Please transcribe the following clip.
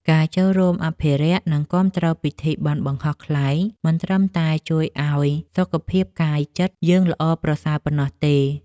ការចូលរួមអភិរក្ស និងគាំទ្រពិធីបុណ្យបង្ហោះខ្លែង មិនត្រឹមតែជួយឱ្យសុខភាពកាយចិត្តយើងល្អប្រសើរប៉ុណ្ណោះទេ។